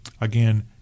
Again